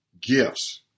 gifts